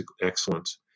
excellence